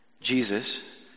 Jesus